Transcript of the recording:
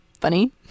funny